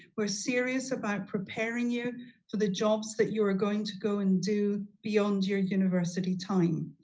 we're serious about preparing you for the jobs that you are going to go and do beyond your university time.